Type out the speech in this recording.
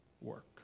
work